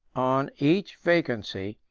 on each vacancy,